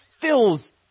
fills